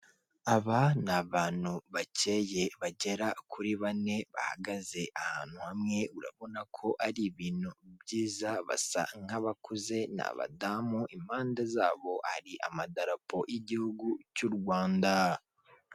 Aba ni abantu bakeye bagera kuri bane bahagaze ahantu hamwe, urabona ko ari ibintu byiza basa nk'abakuze ni abadamu, impande zabo hari amadarapo y'igihugu cy'u Rwanda.